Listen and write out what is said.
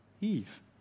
Eve